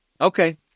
Okay